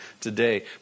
today